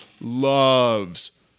loves